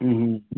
ம்ம்